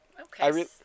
Okay